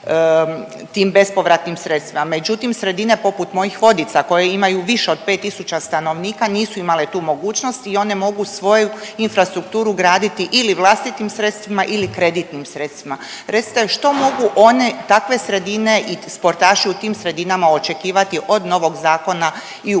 tim bespovratnim sredstvima, međutim sredina poput mojih Vodica koje imaju više od 5 tisuća stanovnika nisu imale tu mogućnost i one mogu svoju infrastrukturu graditi ili vlastitim sredstvima ili kreditnim sredstvima. Recite, a što mogu one, takve sredine i sportaši u tim sredinama očekivati od novog zakona i u budućem